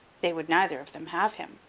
they would neither of them have him,